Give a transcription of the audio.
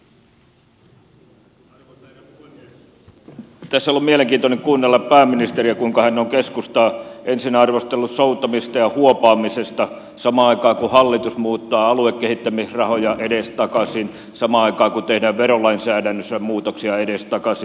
tässä on ollut mielenkiintoista kuunnella pääministeriä kuinka hän on keskustaa ensin arvostellut soutamisesta ja huopaamisesta samaan aikaan kun hallitus muuttaa aluekehittämisrahoja edestakaisin samaan aikaan kun tehdään verolainsäädännössä muutoksia edestakaisin